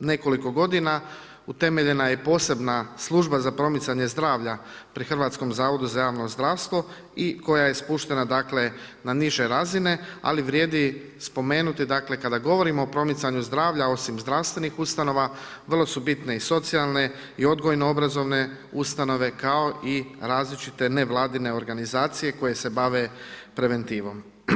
nekoliko godina utemeljena je i posebna služba za promicanje zdravlja pri Hrvatskom zavodu za javno zdravstvo i koja je spuštena dakle na niže razine, ali vrijedi spomenuti kada govorimo o promicanju zdravlja, osim zdravstvenih ustanova, vrlo su bitne i socijalne i odgojno-obrazovne ustanove, kao i različite nevladine organizacije koje se bave preventivom.